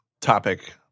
topic